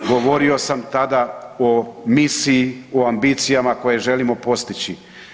Govorio sam tada o misiji, o ambicijama koje želimo postići.